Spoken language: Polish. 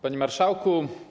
Panie Marszałku!